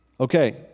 Okay